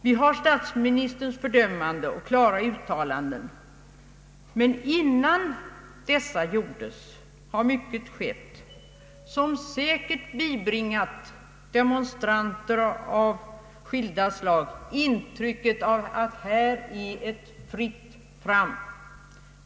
Vi har hört statsministerns fördömande och klara uttalanden, men innan dessa gjordes hade mycket skett som säkert bibringat demonstranter av skilda slag intrycket av att här är det fritt fram.